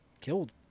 killed